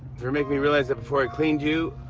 for making me realize that, before i cleaned you,